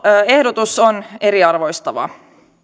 ehdotus on eriarvoistava